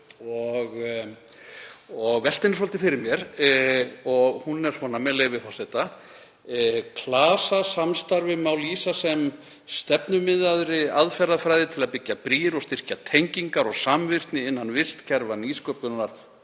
og velti henni svolítið fyrir mér. Hún er svona, með leyfi forseta: „Klasasamstarfi má lýsa sem stefnumiðaðri aðferðafræði til að byggja brýr og styrkja tengingar og samvirkni innan vistkerfa nýsköpunar